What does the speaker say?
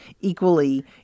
equally